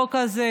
החוק הזה,